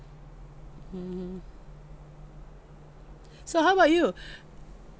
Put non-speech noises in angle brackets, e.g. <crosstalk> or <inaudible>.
mmhmm so how about you <breath>